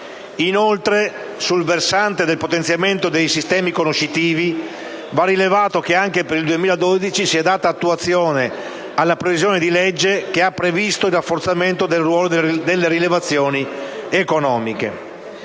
Inoltre, sul versante del potenziamento dei sistemi conoscitivi va rilevato che anche per il 2012 si è data attuazione alla previsione della stessa legge n.196 circa il rafforzamento del ruolo delle rilevazioni economiche.